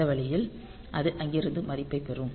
அந்த வழியில் அது அங்கிருந்து மதிப்பைப் பெறும்